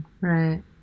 right